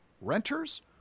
renters